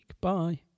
Bye